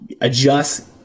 adjust